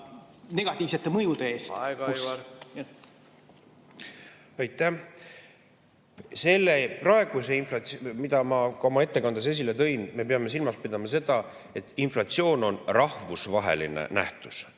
negatiivsete mõjude eest? Aitäh! Selle praeguse inflatsiooni puhul, mida ma ka oma ettekandes esile tõin, me peame silmas pidama seda, et inflatsioon on rahvusvaheline nähtus.